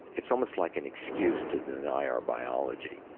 it's almost like an excuse to deny our biology.